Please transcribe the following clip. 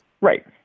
Right